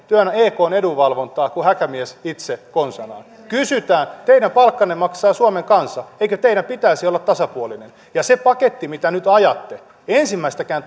ekn edunvalvontaa kuin häkämies itse konsanaan kysytään teidän palkkanne maksaa suomen kansa eikö teidän pitäisi olla tasapuolinen ja se paketti mitä nyt ajatte ensimmäistäkään